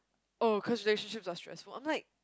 oh cause relationships are stressful I'm like